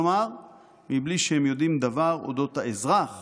כלומר מבלי שהם יודעים דבר אודות האזרח